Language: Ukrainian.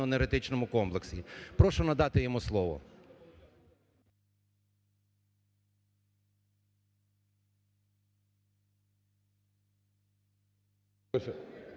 Прошу надати йому слово.